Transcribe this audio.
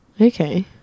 Okay